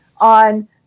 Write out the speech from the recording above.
on